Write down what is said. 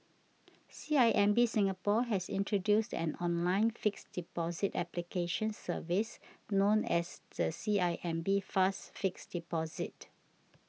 C I M B Singapore has introduced an online fixed deposit application service known as the C I M B Fast Fixed Deposit